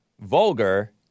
vulgar